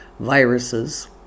viruses